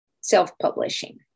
self-publishing